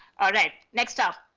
all right, next up,